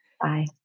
Bye